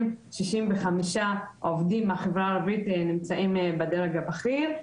65 עובדים מהחברה הערבית נמצאים בדרג הבכיר.